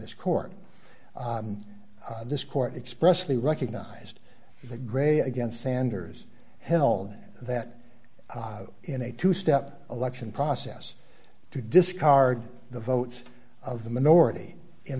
this court this court expressly recognized the grey against sanders held that in a two step election process to discard the votes of the minority in